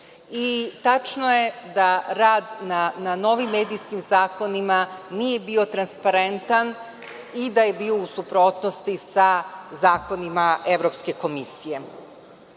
tačno je da rad na novim medijskim zakonima nije bio transparentan i da je bio u suprotnosti sa zakonima Evropske komisije. Zakonom